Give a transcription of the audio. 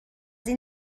این